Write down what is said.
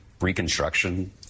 Reconstruction